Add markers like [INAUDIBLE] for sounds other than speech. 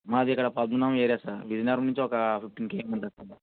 మాది ఇక్కడ [UNINTELLIGIBLE] area sir Vizianagaram నుంచి ఒక ఫిఫ్టీన్ కేఎం ఉంటుంది